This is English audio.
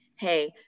hey